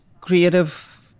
creative